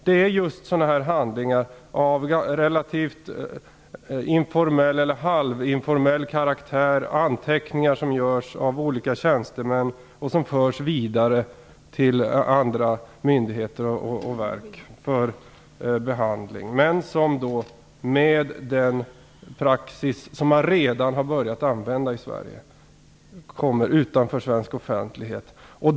Det gäller just sådana här handlingar av informell eller halvinformell karaktär, anteckningar som görs av olika tjäntemän, som förs vidare till andra myndigheter och verk för behandling. Med den praxis som redan har börjat användas i Sverige kommer dessa att hamna utanför svensk offentlighet.